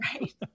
Right